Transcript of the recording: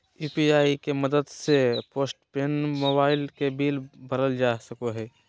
UPI के मदद से पोस्टपेड मोबाइल के बिल भरल जा सको हय